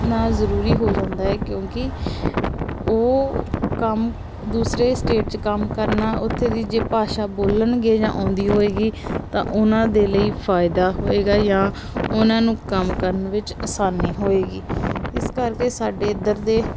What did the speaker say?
ਨਾ ਜ਼ਰੂਰੀ ਹੋ ਜਾਂਦਾ ਹੈ ਕਿਉਂਕਿ ਉਹ ਕੰਮ ਦੂਸਰੇ ਸਟੇਟ 'ਚ ਕੰਮ ਕਰਨਾ ਉੱਥੇ ਦੀ ਜੇ ਭਾਸ਼ਾ ਬੋਲਣਗੇ ਜਾਂ ਆਉਂਦੀ ਹੋਏਗੀ ਤਾਂ ਉਹਨਾਂ ਦੇ ਲਈ ਫਾਇਦਾ ਹੋਏਗਾ ਜਾਂ ਉਹਨਾਂ ਨੂੰ ਕੰਮ ਕਰਨ ਵਿੱਚ ਆਸਾਨੀ ਹੋਏਗੀ ਇਸ ਕਰਕੇ ਸਾਡੇ ਇੱਧਰ ਦੇ